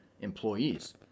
employees